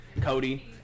cody